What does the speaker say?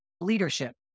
Leadership